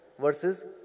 versus